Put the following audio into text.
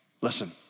listen